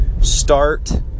Start